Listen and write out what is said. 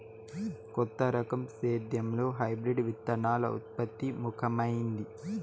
కొత్త రకం సేద్యంలో హైబ్రిడ్ విత్తనాల ఉత్పత్తి ముఖమైంది